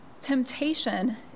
temptation